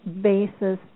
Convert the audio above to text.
basis